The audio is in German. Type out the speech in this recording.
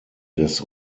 des